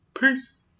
peace